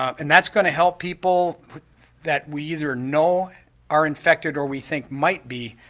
um and that's going to help people that we either know are infected or we think might be